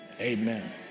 amen